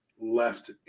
left